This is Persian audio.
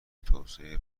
توسعه